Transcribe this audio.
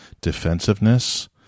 Defensiveness